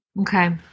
Okay